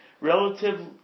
Relative